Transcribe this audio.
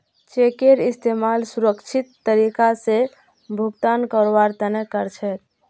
चेकेर इस्तमाल सुरक्षित तरीका स भुगतान करवार तने कर छेक